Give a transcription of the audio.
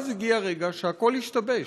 ואז הגיע רגע שהכול השתבש.